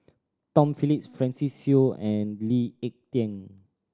Tom Phillips Francis Seow and Lee Ek Tieng